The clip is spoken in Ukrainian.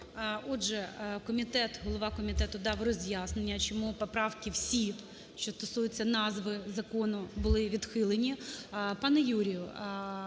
комітет, голова комітету дав роз'яснення, чому поправки всі, що стосуються назви закону, були відхилені.